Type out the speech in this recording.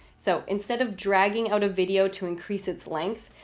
so instead of dragging out a video to increase its length,